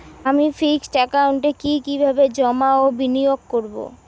আমি ফিক্সড একাউন্টে কি কিভাবে জমা ও বিনিয়োগ করব?